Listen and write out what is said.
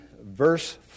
verse